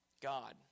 God